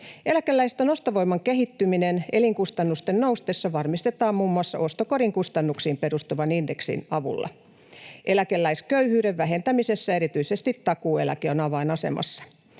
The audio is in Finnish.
Eläkeläisten ostovoiman kehittyminen elinkustannusten noustessa varmistetaan muun muassa ostokorin kustannuksiin perustuvan indeksin avulla. Eläkeläisköyhyyden vähentämisessä erityisesti takuueläke on avainasemassa.